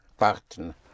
Warten